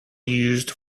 used